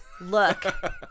look